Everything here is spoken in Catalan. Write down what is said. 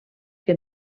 que